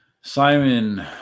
Simon